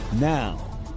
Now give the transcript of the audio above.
now